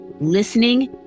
listening